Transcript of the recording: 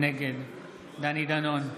נגד דני דנון,